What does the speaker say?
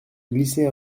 glisser